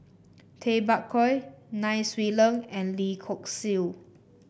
Tay Bak Koi Nai Swee Leng and Lim Hock Siew